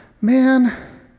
man